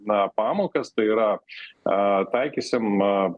na pamokas tai yra a taikysim